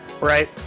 right